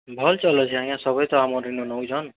ଭଲ୍ ଚାଉଲ୍ ଅଛେ ଆଜ୍ଞା ସଭେ ତ ଆମର୍ ଇନୁ ନେଉଛନ୍